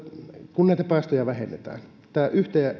kun näitä päästöjä vähennetään tämä